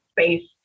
space